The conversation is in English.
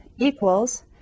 equals